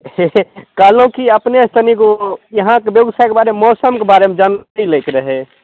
कहलहुॅं कि अपने से तनिगो यहाँके बेगुसरायके बारेमे मौसमके बारेमे जानकारी लैके रहै